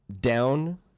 down